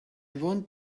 want